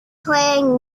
playing